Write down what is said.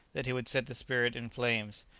that he would set the spirit in flames.